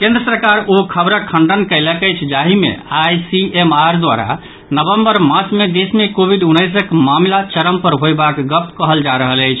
केंद्र सरकार ओ खबरक खंडन कयलक अछि जाहि मे आईसीएमआर द्वारा नवम्बर मास मे देश मे कोविड उन्नैसक मामिला चरम पर होयबाक गप कहल जा रहल अछि